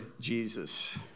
Jesus